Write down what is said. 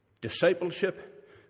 Discipleship